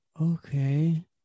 okay